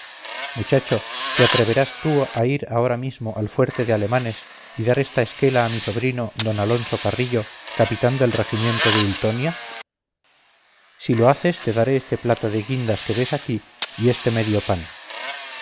muchacho te atreverás tú a ir ahora mismo al fuerte de alemanes y dar esta esquela a mi sobrino don alonso carrillo capitán del regimiento de ultonia si lo haces te daré este plato de guindas que ves aquí y este medio pan